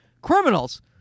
criminals